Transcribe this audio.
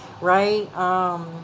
right